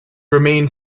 remain